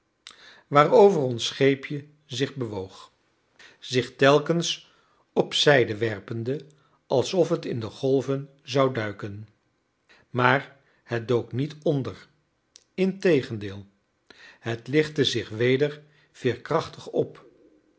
waarover ons scheepje zich bewoog zich telkens op zijde werpende alsof het in de golven zou duiken maar het dook niet onder integendeel het lichtte zich weder veerkrachtig op